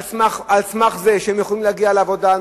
על סמך זה שהם יכולים להגיע לעבודה,